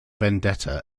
vendetta